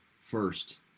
first